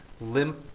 limp